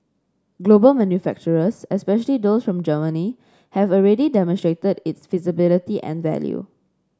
global manufacturers especially those from Germany have already demonstrated its feasibility and value